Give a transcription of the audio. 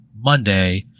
Monday